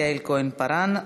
יעל כהן-פארן,